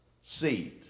seed